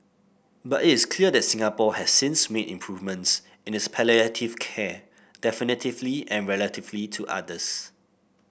but it is clear that Singapore has since made improvements in its palliative care definitively and relatively to others